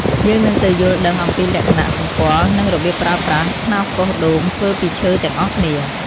យើងនឹងទៅយល់ដឹងអំពីលក្ខណៈសម្គាល់ និងរបៀបប្រើប្រាស់ខ្នោសកោសដូងធ្វើពីឈើទាំងអស់គ្នា។